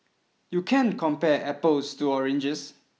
you can't compare apples to oranges